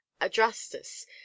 adrastus